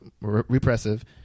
repressive